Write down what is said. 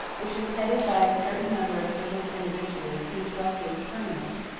which was headed by a certain number of privileged individuals, whose wealth was permanent,